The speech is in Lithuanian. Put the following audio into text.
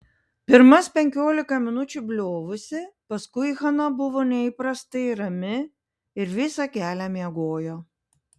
pirmas penkiolika minučių bliovusi paskui hana buvo neįprastai rami ir visą kelią miegojo